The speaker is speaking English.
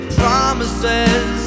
promises